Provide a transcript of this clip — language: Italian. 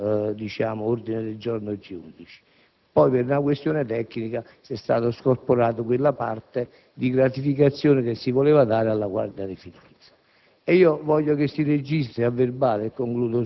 con cui era stato esposto l'intero ordine del giorno G11; poi, per una questione tecnica, è stata scorporata quella parte di gratificazione che si voleva dare alla Guardia di finanza.